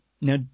Now